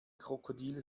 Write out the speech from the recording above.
krokodil